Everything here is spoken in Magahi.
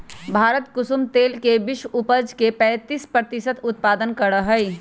भारत कुसुम तेल के विश्व उपज के पैंतीस प्रतिशत उत्पादन करा हई